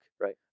right